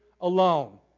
alone